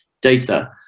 data